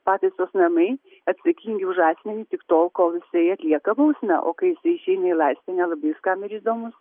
pataisos namai atsakingi už asmenį tik tol kol jisai atlieka bausmę o kai jisai išeina į laisvę nelabai kam ir įdomus